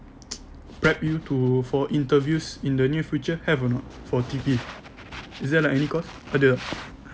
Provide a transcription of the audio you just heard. prep you to for interviews in the near future have or not for T_P is there like any course ada tak